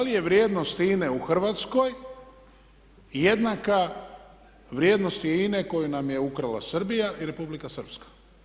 li je vrijednost INA-e u Hrvatskoj jednaka vrijednosti INA-e koju nam je ukrala Srbija i Republika Srpska?